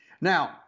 Now